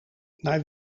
naar